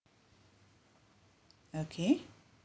okay